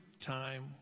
time